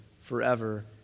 forever